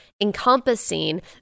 encompassing